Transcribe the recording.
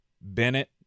Bennett